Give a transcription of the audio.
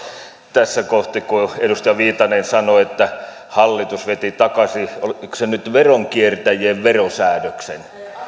tässä kohti kun edustaja viitanen sanoi että hallitus veti takaisin oliko se nyt veronkiertäjien verosäädöksen